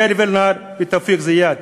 מאיר וילנר ותופיק זיאד.